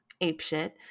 apeshit